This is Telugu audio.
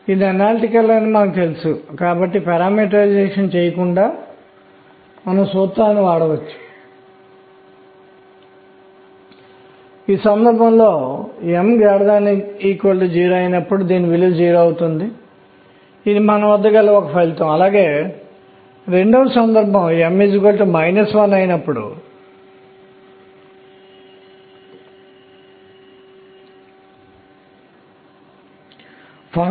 ఒక కక్ష్యలో తిరుగుతున్న ఎలక్ట్రాన్ యొక్క మ్యాగ్నెటిక్ మొమెంట్ దానికి సంబంధించిన కోణీయ ద్రవ్యవేగం తో సంబంధం కలిగి ఉంటుంది μel2m అని మనం ఇంతకు ముందు చూశాము